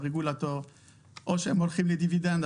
או שהם הולכים לדיבידנד,